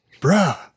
Bruh